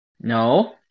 No